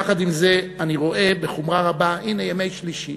יחד עם זה, אני רואה בחומרה רבה, הנה, ימי שלישי,